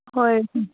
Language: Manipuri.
ꯍꯣꯏ